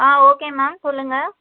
ஆ okay ma'am சொல்லுங்கள்